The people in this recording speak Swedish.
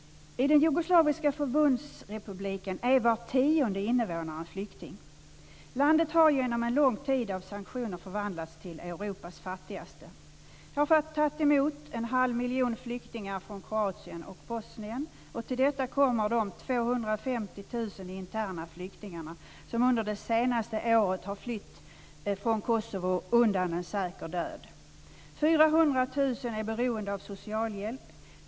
I den jugoslaviska förbundsrepubliken är var tionde invånare flykting. Landet har genom en lång tid av sanktioner förvandlats till Europas fattigaste. Det har fått ta emot en halv miljon flyktingar från Kroatien och Bosnien. Till detta kommer de 250 000 interna flyktingarna, som under det senaste året har flytt från Kosovo undan en säker död. 400 000 är beroende av socialhjälp.